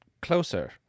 closer